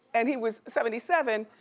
and he was seventy seven,